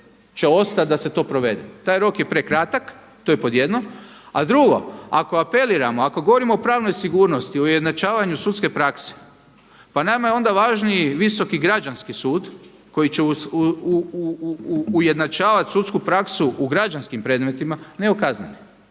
će ostat da se to provede. Taj rok je prekratak, to je pod jedno. A drugo, ako apeliramo, ako govorimo o pravnoj sigurnosti, o ujednačavanju sudske prakse, pa nama je onda važniji Visoki građanski sud koji će ujednačavat sudsku praksu u građanskim predmetima, ne o kaznenim